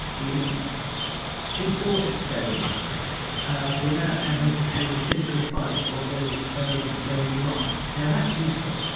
you can do thought experiments without having to pay the physical price of those experiments going wrong. now that's useful.